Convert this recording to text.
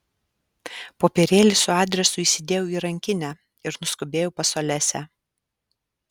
popierėlį su adresu įsidėjau į rankinę ir nuskubėjau pas olesią